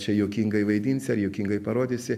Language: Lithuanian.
čia juokingai vaidinsi ar juokingai parodysi